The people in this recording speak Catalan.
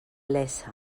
iessa